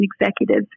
Executives